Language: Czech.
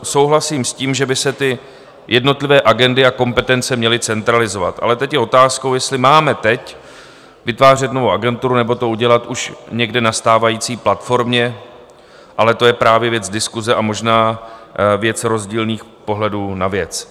Souhlasím s tím, že by se jednotlivé agendy a kompetence měly centralizovat, ale teď je otázkou, jestli máme teď vytvářet novou agenturu, nebo to udělat už někde na stávající platformě, ale to je právě věc diskuse a možná věc rozdílných pohledů na věc.